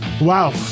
Wow